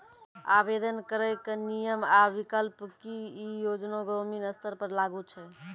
आवेदन करैक नियम आ विकल्प? की ई योजना ग्रामीण स्तर पर लागू छै?